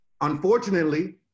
unfortunately